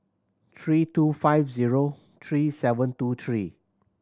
three two five zero three seven two three